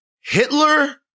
Hitler